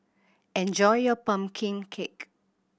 enjoy your pumpkin cake